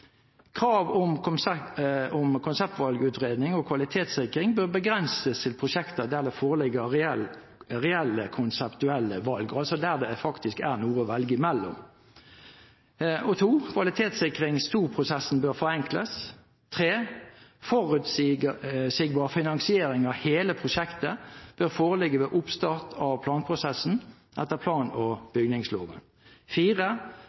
Krav om konseptvalgutredninger og kvalitetssikring bør begrenses til prosjekter der det foreligger reelle konseptuelle valg, altså der det faktisk er noe å velge mellom. Kvalitetssikring 2-prosessen bør forenkles. Forutsigbar finansiering av hele prosjektet bør foreligge ved oppstart av planprosessen etter plan- og